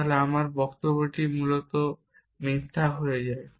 তা হলে বক্তব্যটি মূলত মিথ্যা হয়ে যায়